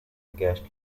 guest